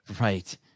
right